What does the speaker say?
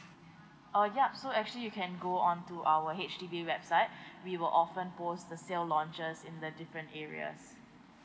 uh yup so actually you can go on to our H_D_B website we will often post the sale launches in the different areas